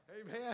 Amen